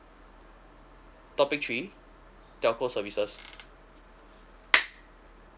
topic three telco services